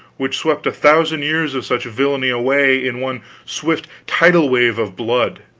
which swept a thousand years of such villany away in one swift tidal-wave of blood